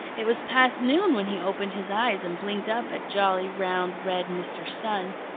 it was past noon when he opened his eyes and blinked up at jolly, round, red mr. sun.